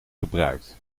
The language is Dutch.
gebruikt